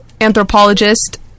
Anthropologist